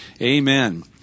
Amen